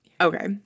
Okay